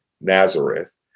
Nazareth